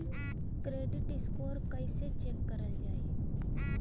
Credit score कइसे check करल जायी?